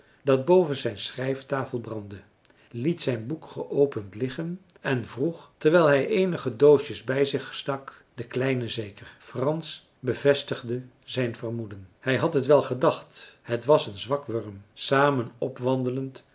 dat boven zijn schrijftafel brandde liet zijn boek geopend liggen en vroeg terwijl hij eenige doosjes bij zich stak de kleine zeker marcellus emants een drietal novellen frans bevestigde zijn vermoeden hij had het wel gedacht het was een zwak wurm samen opwandelend